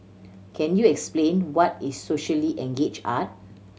can you explain what is socially engage art